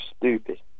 stupid